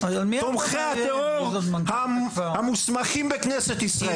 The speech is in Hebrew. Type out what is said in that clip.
תומכי הטרור המוסמכים בכנסת ישראל.